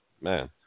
Man